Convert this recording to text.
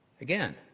Again